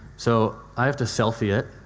so i have to selfie it.